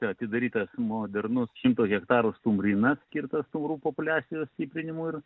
atidarytas modernus šimto hektarų stumbrynas skirtas taurų populiacijos stiprinimui ir